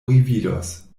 revidos